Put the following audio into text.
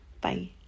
bye